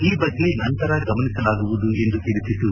ಈ ಬಗ್ಗೆ ನಂತರ ಗಮನಿಸಲಾಗುವುದು ಎಂದು ತಿಳಿಸಿತು